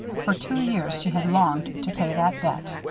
for two years, she had longed to pay that debt.